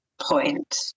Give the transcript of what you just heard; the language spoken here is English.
point